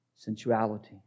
Sensuality